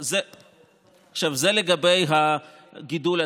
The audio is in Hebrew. זה לגבי הגידול התקציב.